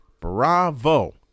Bravo